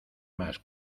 más